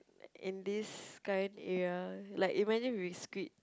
in this kind area like imagine if we quit